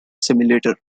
simulator